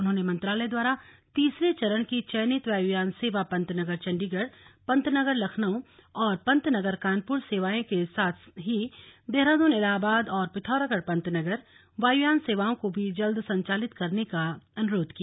उन्होंने मंत्रालय द्वारा तीसरे चरण की चयनित वायुयान सेवा पंतनगर चंडीगढ़ पंतनगर लखनऊ और पंतनगर कानपुर सेवाएं के साथ ही देहरादून इलाहाबाद और पिथौरागढ़ पंतनगर वायुयान सेवाओं को भी जल्द संचालित करने का अनुरोध किया